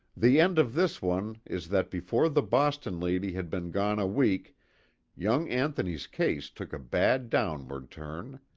the end of this one is that before the boston lady had been gone a week young anthony's case took a bad downward turn.